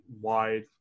wide